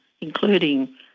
including